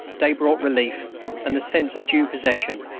day brought relief and the sense of due possession,